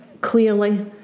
clearly